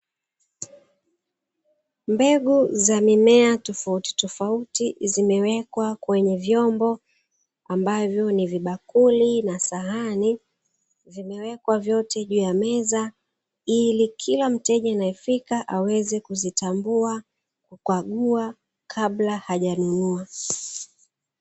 Mbegu za mimea tofauti tofauti zimewekwa kwenye vyombo ambavyo ni vibakuli na sahani, vimewekwa vyote juu ya meza ili kila mteja anayefika aweze kuzitambua, kuzikagua kabla hajanunua.